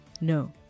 No